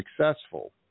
successful